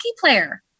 player